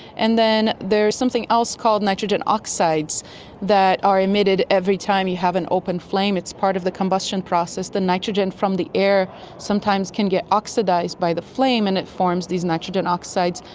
and then there is something else called nitrogen oxides that are emitted every time you have an open flame, it's part of the combustion process, the nitrogen from the air sometimes can get oxidised by the flame and it forms these nitrogen oxides.